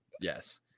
Yes